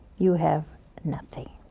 you have nothing,